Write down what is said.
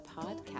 podcast